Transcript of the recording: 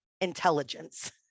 intelligence